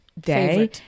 day